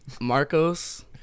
Marcos